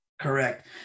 Correct